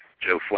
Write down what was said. Joe